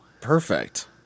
perfect